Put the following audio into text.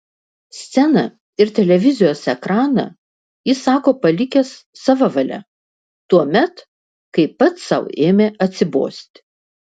sceną ir televizijos ekraną jis sako palikęs sava valia tuomet kai pats sau ėmė atsibosti